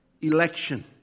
election